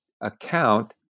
account